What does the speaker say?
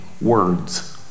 Words